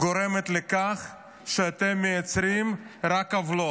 גורמות לכך שאתם מייצרים רק עוולות,